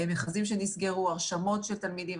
מכרזים שנסגרו, הרשמות של תלמידים.